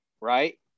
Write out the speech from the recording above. Right